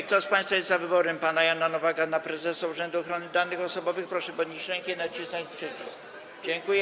Kto z państwa jest za wyborem pana Jana Nowaka na prezesa Urzędu Ochrony Danych Osobowych, proszę podnieść rękę i nacisnąć przycisk.